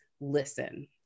listen